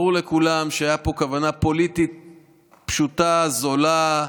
ברור לכולם שהייתה פה כוונה פוליטית פשוטה, זולה,